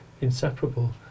inseparable